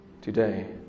today